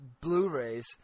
Blu-rays